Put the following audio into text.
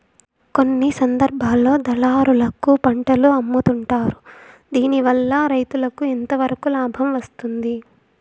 కొన్ని సందర్భాల్లో దళారులకు పంటలు అమ్ముతుంటారు దీనివల్ల రైతుకు ఎంతవరకు లాభం వస్తుంది?